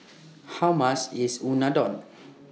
How much IS Unadon